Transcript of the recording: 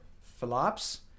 flops